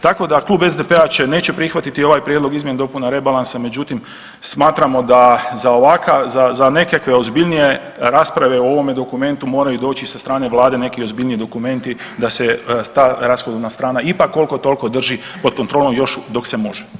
Tako da klub SDP-a neće prihvatiti ovaj prijedlog izmjena i dopuna rebalansa, međutim smatramo da za nekakve ozbiljnije rasprave o ovome dokumentu moraju doći sa strane Vlade neki ozbiljniji dokumenti da se ta rashodovna strana ipak koliko toliko drži pod kontrolom još dok se može.